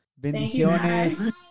Bendiciones